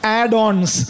add-ons